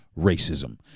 racism